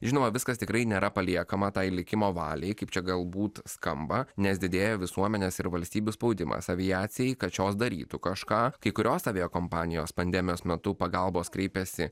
žinoma viskas tikrai nėra paliekama tai likimo valiai kaip čia galbūt skamba nes didėja visuomenės ir valstybių spaudimas aviacijai kad šios darytų kažką kai kurios aviakompanijos pandemijos metu pagalbos kreipėsi